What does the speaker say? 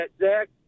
Zach